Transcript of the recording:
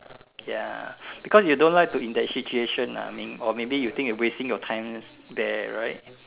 ya because you don't like to in that situation lah mean or maybe you think you wasting your time there right